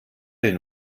will